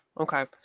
Okay